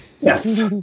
Yes